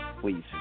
please